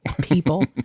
people